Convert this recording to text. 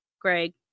greg